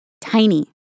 tiny